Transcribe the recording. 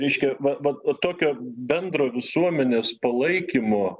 reiškia vat vat a tokio bendro visuomenės palaikymo